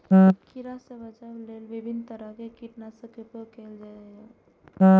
कीड़ा सं बचाव लेल विभिन्न तरहक कीटनाशक के उपयोग कैल जा सकैए